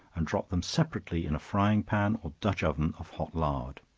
and drop them separately in a frying-pan or dutch-oven of hot lard